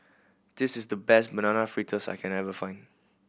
this is the best Banana Fritters I can ever find